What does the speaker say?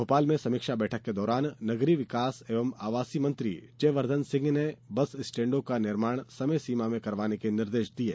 भोपाल में समीक्षा बैठक के दौरान नगरीय विकास एवं आवास मंत्री जयवर्द्वन सिंह ने बस स्टैण्डों का निर्माण समय सीमा में करवाने के निर्देश दिये